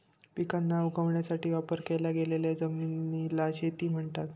पिकांना उगवण्यासाठी वापर केल्या गेलेल्या जमिनीला शेती म्हणतात